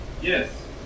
Yes